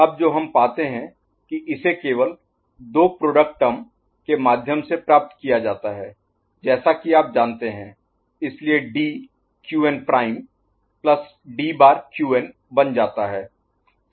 अब जो हम पाते हैं कि इसे केवल दो प्रोडक्ट टर्म के माध्यम से प्राप्त किया जाता है जैसे कि आप जानते हैं इसलिए D Q n prime DQn' plus D bar Q n D'Qn बन जाता है